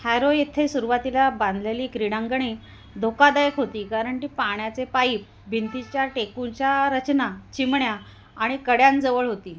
Harrow येथे सुरुवातीला बांधलेली क्रीडांंगणे धोकादायक होती कारण की पाण्याचे पाईप भिंतीच्या टेकूंच्या रचना चिमण्या आणि कड्यांजवळ होती